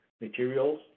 materials